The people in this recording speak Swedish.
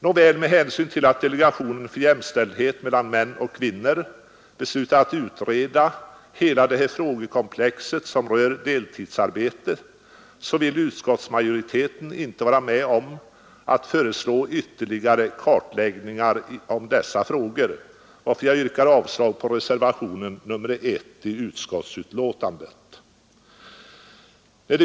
Nåväl, med hänsyn till att delegationen för jämställdhet mellan män och kvinnor beslutat utreda hela det här frågekomplexet som rör deltidsarbete vill utskottsmajoriteten inte vara med om att föreslå ytterligare kartläggningar av dessa frågor, varför jag yrkar avslag på reservationen 1 vid utskottsbetänkandet.